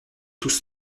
tous